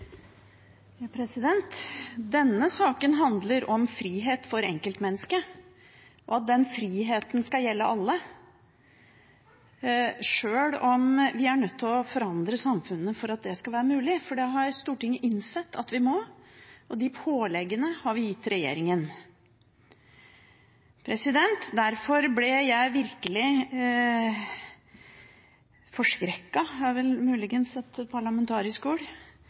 Denne saken handler om frihet for enkeltmennesket og om at den friheten skal gjelde alle, sjøl om vi er nødt til å forandre samfunnet for at det skal være mulig – for det har Stortinget innsett at vi må. De påleggene har vi gitt regjeringen. Derfor ble jeg virkelig forskrekket – det er vel muligens et parlamentarisk